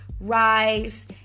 rice